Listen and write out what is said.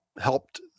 helped